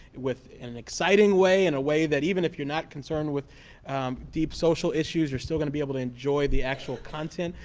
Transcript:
with in an exciting way, in a way that even if you're not concerned with deep, social issues, you're still going to be able to enjoy the actual content.